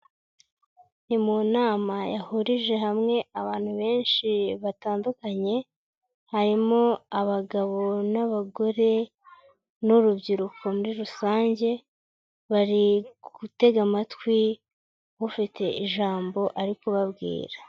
Ni mu nama yahurije hamwe abantu benshi batandukanye, harimo abagabo n'abagore n'urubyiruko muri rusange, bari gutega amatwi ufite ijambo ari kubabwira.